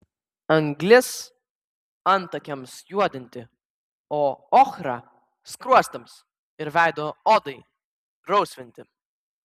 anglis antakiams juodinti o ochra skruostams ir veido odai rausvinti